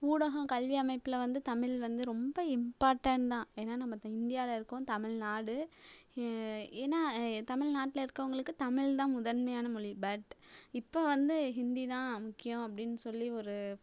ஊடகம் கல்வியமைப்பில் வந்து தமிழ் வந்து ரொம்ப இம்பார்டன்ட் தான் ஏன்னா நம்ம த இந்தியாவில இருக்கோம் தமிழ்நாடு ஏன்னா தமிழ்நாட்ல இருக்கவங்களுக்கு தமிழ் தான் முதன்மையான மொழி பட் இப்போ வந்து ஹிந்தி தான் முக்கியம் அப்படின்னு சொல்லி ஒரு